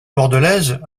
bordelaise